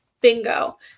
Bingo